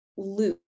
loop